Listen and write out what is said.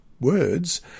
words